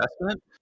investment